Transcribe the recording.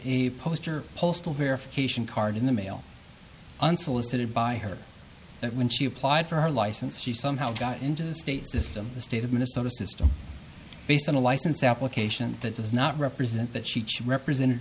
a poster postal verification card in the mail unsolicited by her that when she applied for her license she somehow got into the state system the state of minnesota system based on a license application that does not represent that she choose represented